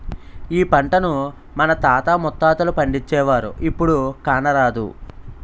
ఈ పంటను మన తాత ముత్తాతలు పండించేవారు, ఇప్పుడు కానరాదు